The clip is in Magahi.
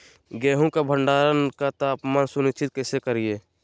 गेहूं का भंडारण का तापमान सुनिश्चित कैसे करिये?